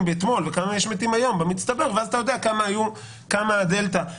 אתמול וכמה יש מתים היום במצטבר ואז אתה יודע כמה הדלתא